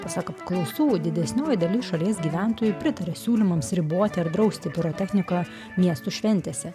pasak apklaustųjų didesnioji dalis šalies gyventojų pritaria siūlymams riboti ar drausti pirotechniką miestų šventėse